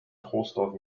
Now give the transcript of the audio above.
troisdorf